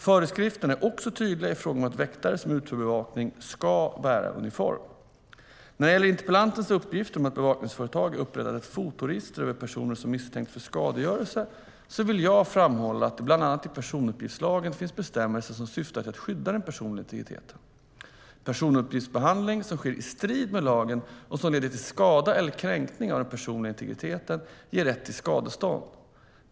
Föreskrifterna är också tydliga i fråga om att väktare som utför bevakning ska bära uniform. När det gäller interpellantens uppgifter om att bevakningsföretag har upprättat ett fotoregister över personer som misstänks för skadegörelse vill jag framhålla att det i bland annat personuppgiftslagen finns bestämmelser som syftar till att skydda den personliga integriteten. Personuppgiftsbehandling som sker i strid med lagen och som leder till skada eller kränkning av den personliga integriteten ger rätt till skadestånd.